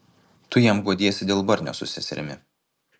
tu jam guodiesi dėl barnio su seserimi